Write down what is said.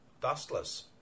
dustless